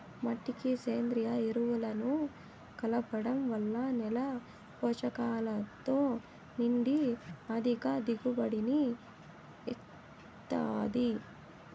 మట్టికి సేంద్రీయ ఎరువులను కలపడం వల్ల నేల పోషకాలతో నిండి అధిక దిగుబడిని ఇస్తాది